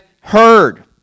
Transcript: heard